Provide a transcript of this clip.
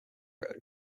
road